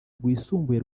rwisumbuye